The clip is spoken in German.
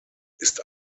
ist